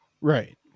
right